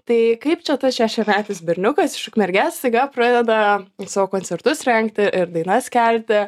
tai kaip čia tas šešiametis berniukas iš ukmergės staiga pradeda savo koncertus rengti ir dainas kelti